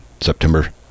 September